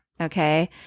Okay